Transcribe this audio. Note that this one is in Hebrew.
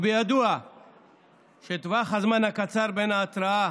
בידוע שטווח הזמן הקצר בין ההתרעה